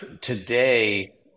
today